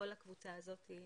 כל הקבוצה הזאת היא